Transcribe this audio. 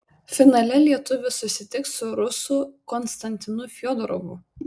finale lietuvis susitiks su rusu konstantinu fiodorovu